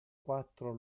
quattro